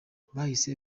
bahise